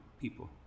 people